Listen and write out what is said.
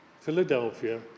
Philadelphia